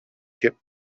kept